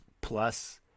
plus